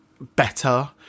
better